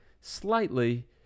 slightly